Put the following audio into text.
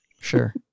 Sure